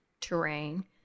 terrain